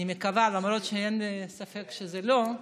אני מקווה, למרות שאין ספק שזה לא,